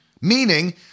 meaning